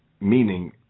Meaning